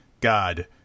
god